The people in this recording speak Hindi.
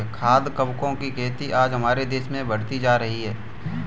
खाद्य कवकों की खेती आज हमारे देश में बढ़ती जा रही है